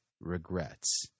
regrets